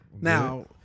Now